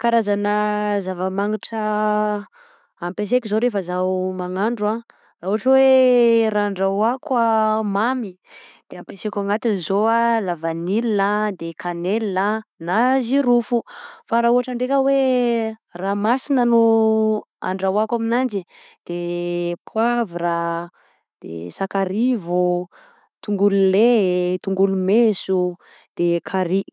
Karazana zava-magnitra ampiasaiko zao refa zaho mahandro a, ohatra oe ra andrahoako mamy apesaiko agnatiny zao a la vanille a, de canelle a, na jirofo, fa ra ohatra ndraika oe raha masina no andrahoako aminanjy de poivre a, de sakarivo, tongolo lay, tongolo mentso, de carry.